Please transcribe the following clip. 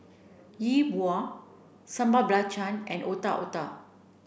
Yi Bua Sambal Belacan and Otak Otak